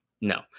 No